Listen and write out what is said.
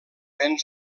venç